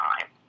time